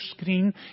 screen